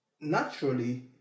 naturally